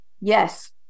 Yes